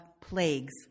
plagues